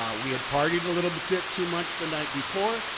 um we had partied a little bit too much the night before.